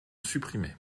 supprimer